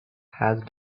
had